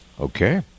Okay